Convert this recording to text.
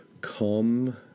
Come